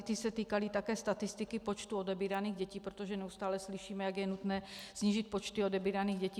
Ty se týkaly také statistiky počtu odebíraných dětí, protože neustále slyšíme, jak je nutné snížit počty odebíraných dětí.